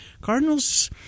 Cardinals